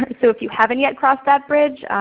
so if you haven't yet crossed that bridge,